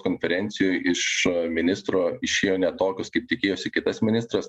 konferencijoj iš ministro išėjo ne tokius kaip tikėjosi kitas ministras